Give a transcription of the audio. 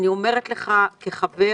ואני אומרת לו כחבר: